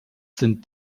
sind